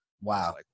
Wow